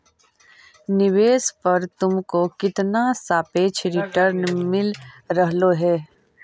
निवेश पर तुमको कितना सापेक्ष रिटर्न मिल रहलो हे